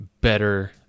better